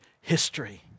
history